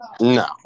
No